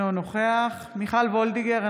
אינו נוכח מיכל וולדיגר,